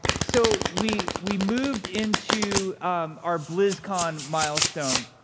so, we we moved into our blizzcon milestone.